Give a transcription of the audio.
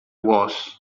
was